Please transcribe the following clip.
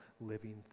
living